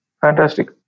Fantastic